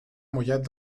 mollet